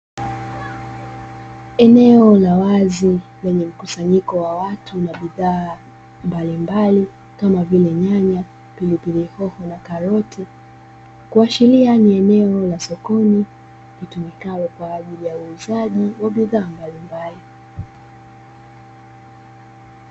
Eneo la wazi lenye mkusanyiko wa watu na bidhaa mbalimbali kama vile nyanya, pilipili hoho na karoti kuashiria ni eneo la sokoni litumikalo kwa ajili ya uuzaji wa bidhaa mbalimbali.